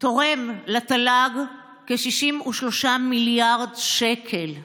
תורם לתל"ג כ-63 מיליארד שקל.